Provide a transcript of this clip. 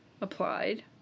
applied